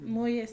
muy